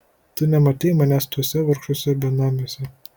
tu nematei manęs tuose vargšuose benamiuose